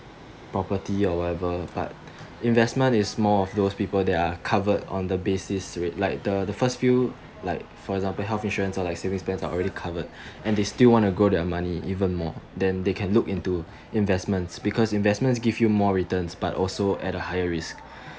property or whatever but investment is more of those people they are covered on the basis re~ like the the first few like for example health insurance or like saving plan are already covered and they still want to grow their money even more then they can look into investments because investments give you more returns but also at a higher risk